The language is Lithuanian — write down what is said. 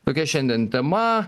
tokia šiandien tema